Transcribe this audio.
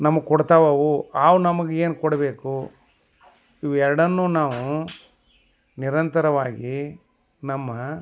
ನಮಗೆ ಕೊಡ್ತವೆ ಅವು ಅವು ನಮಗೆ ಏನು ಕೊಡಬೇಕು ಇವು ಎರಡನ್ನೂ ನಾವು ನಿರಂತರವಾಗಿ ನಮ್ಮ